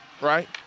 right